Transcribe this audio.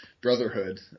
brotherhood